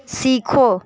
सीखो